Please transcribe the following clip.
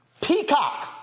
Peacock